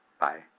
Bye